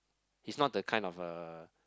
he's not the kind of a